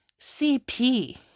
CP